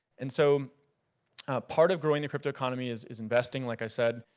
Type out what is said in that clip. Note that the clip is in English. and so part of growing a cryptoeconomy is is investing, like i said.